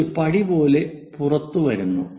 ഇത് ഒരു പടി പോലെ പുറത്തുവരുന്നു